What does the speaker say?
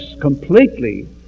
completely